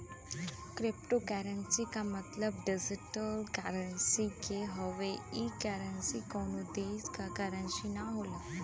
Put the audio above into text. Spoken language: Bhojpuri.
क्रिप्टोकोर्रेंसी क मतलब डिजिटल करेंसी से हउवे ई करेंसी कउनो देश क करेंसी न होला